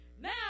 Now